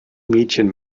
mädchen